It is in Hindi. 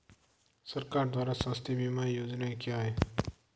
सरकार द्वारा स्वास्थ्य बीमा योजनाएं क्या हैं?